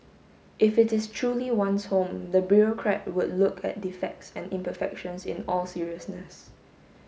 if it is truly one's home the bureaucrat would look at defects and imperfections in all seriousness